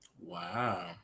Wow